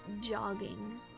Jogging